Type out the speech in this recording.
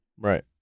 Right